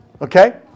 Okay